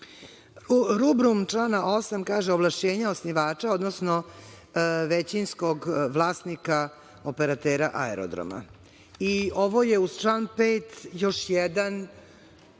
rubrum člana 8. kaže ovlašćenje osnivača, odnosno većinskog vlasnika operatera aerodroma, i ovo je uz član 5. još jedan